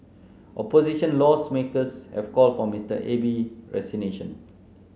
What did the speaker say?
opposition law's makers have called for Mr Abe's resignation